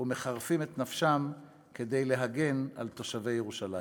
ומחרפים את נפשם כדי להגן על תושבי ירושלים.